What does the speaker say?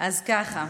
אז ככה,